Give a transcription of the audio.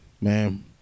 man